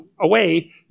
away